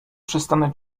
przestanę